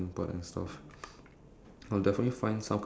stopped uh some~ something like that